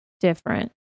Different